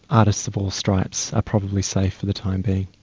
artists of all stripes are probably safe for the time being.